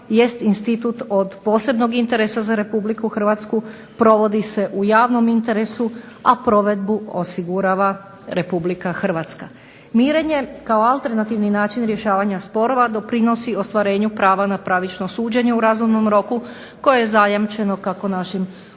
institut od posebnog interesa za RH, provodi se u javnom interesu, a provedbu osigurava RH. Mirenje kao alternativni način rješavanja sporova doprinosi ostvarenju prava na pravično suđenje u razumnom roku koje je zajamčeno kako našim